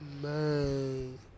Man